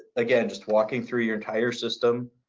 again, just walking through your entire system,